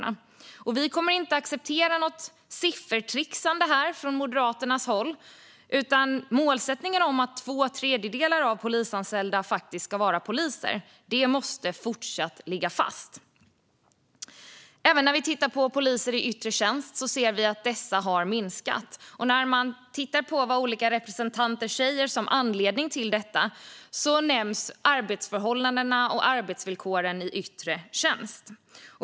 Vi från Moderaterna kommer inte att acceptera något siffertrixande, utan målsättningen om att två tredjedelar av de polisanställda faktiskt ska vara poliser måste fortsatt ligga fast. Även när vi tittar på antalet poliser i yttre tjänst ser vi att det har minskat. När man tittar på vad olika representanter säger som anledning till detta nämns arbetsförhållandena och arbetsvillkoren för poliser i yttre tjänst.